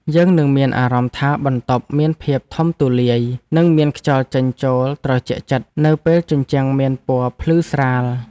យើងនឹងមានអារម្មណ៍ថាបន្ទប់មានភាពធំទូលាយនិងមានខ្យល់ចេញចូលត្រជាក់ចិត្តនៅពេលជញ្ជាំងមានពណ៌ភ្លឺស្រាល។